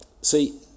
See